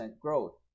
growth